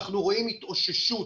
אנחנו רואים התאוששות